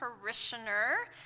parishioner